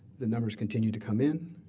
the numbers continue to come in.